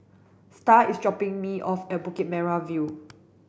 Starr is dropping me off at Bukit Merah View